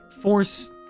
force